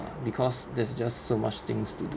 because there's just so much things to d~